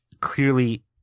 clearly